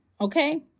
Okay